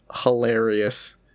hilarious